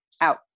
out